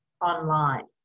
online